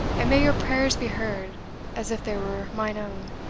and may your prayers be heard as if they were mine own